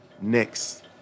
next